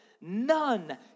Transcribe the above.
None